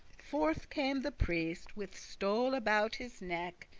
forth came the priest, with stole about his neck,